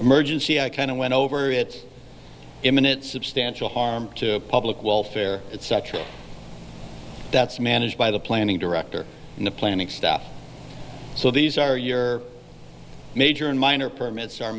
emergency i kind of went over it imminent substantial harm to public welfare etc that's managed by the planning director in the planning stuff so these are your major and minor permits